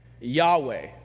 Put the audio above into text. Yahweh